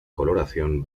coloración